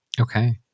Okay